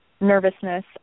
nervousness